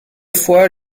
fois